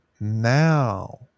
now